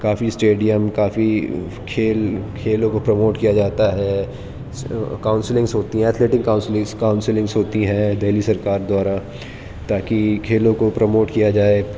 کافی stadium کافی کھیل کھیلوں کو پروموٹ کیا جاتا ہے کاؤنسلنگس ہوتی ہیں ایتھلیٹک کاؤنسلنگس کاؤنسلنگس ہوتی ہیں دلی سرکار دوارا تاکہ کھیلوں کو پروموٹ کیا جائے